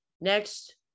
Next